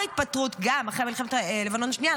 גם אחרי מלחמת לבנון השנייה,